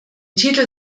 titel